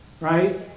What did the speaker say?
right